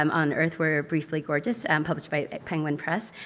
um on earth we're briefly gorgeous, and published by penguin press,